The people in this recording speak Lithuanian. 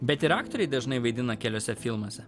bet ir aktoriai dažnai vaidina keliuose filmuose